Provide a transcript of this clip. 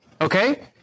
Okay